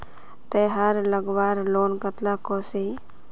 तेहार लगवार लोन कतला कसोही?